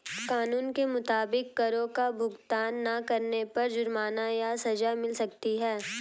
कानून के मुताबिक, करो का भुगतान ना करने पर जुर्माना या सज़ा मिल सकती है